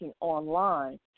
online